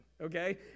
okay